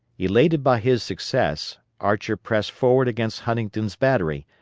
elated by his success, archer pressed forward against huntington's battery,